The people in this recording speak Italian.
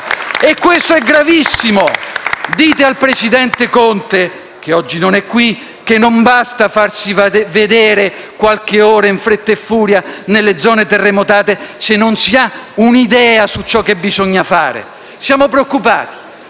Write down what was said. Questo è gravissimo. Dite al presidente Conte - che oggi non è qui - che non basta farsi vedere qualche ora, in fretta e furia, nelle zone terremotate, se non si ha un'idea di ciò che bisogna fare. Siamo preoccupati,